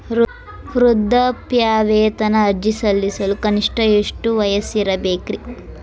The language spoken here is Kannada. ವೃದ್ಧಾಪ್ಯವೇತನ ಅರ್ಜಿ ಸಲ್ಲಿಸಲು ಕನಿಷ್ಟ ಎಷ್ಟು ವಯಸ್ಸಿರಬೇಕ್ರಿ?